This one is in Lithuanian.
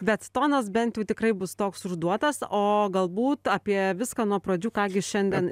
bet tonas bent jau tikrai bus toks užduotas o galbūt apie viską nuo pradžių ką gi šiandien